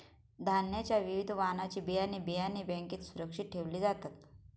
धान्याच्या विविध वाणाची बियाणे, बियाणे बँकेत सुरक्षित ठेवले जातात